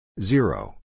zero